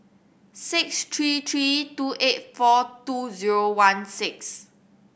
six three three two eight four two zero one six